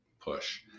push